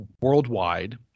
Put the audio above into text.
worldwide